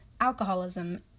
alcoholism